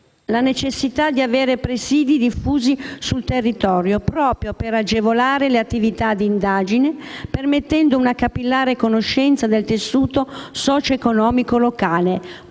la necessità di avere presidi diffusi sul territorio, proprio per agevolare le attività di indagine, permettendo una capillare conoscenza del tessuto socioeconomico locale,